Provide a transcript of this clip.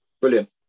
Brilliant